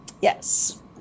Yes